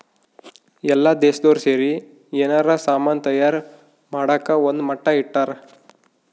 ಎಲ್ಲ ದೇಶ್ದೊರ್ ಸೇರಿ ಯೆನಾರ ಸಾಮನ್ ತಯಾರ್ ಮಾಡಕ ಒಂದ್ ಮಟ್ಟ ಇಟ್ಟರ